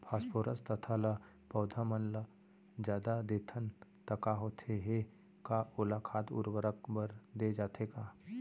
Phosphorus तथा ल पौधा मन ल जादा देथन त का होथे हे, का ओला खाद उर्वरक बर दे जाथे का?